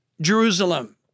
Jerusalem